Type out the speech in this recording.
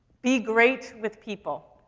be great with people.